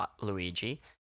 Luigi